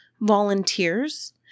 volunteers